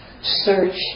search